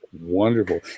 Wonderful